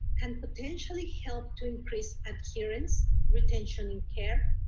can potentially help to increase adherence, retention in care,